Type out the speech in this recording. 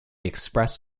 express